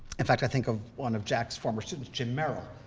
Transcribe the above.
in fact, i think of one of jack's former students, jim merrill,